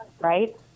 right